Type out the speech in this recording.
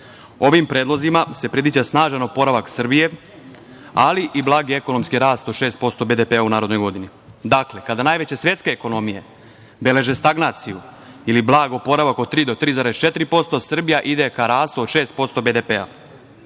predlozima se predviđa snažan oporavak Srbije, ali i blagi ekonomski rast od 6% BDP u narednoj godini. Dakle, kada najveće svetske ekonomije beleže stagnaciju ili blag oporavak od 3% do 3,4%, Srbija ide ka rastu od 6% BDP-a.